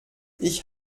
ich